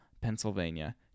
Pennsylvania